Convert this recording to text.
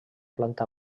planta